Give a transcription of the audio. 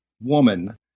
woman